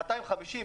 250,000,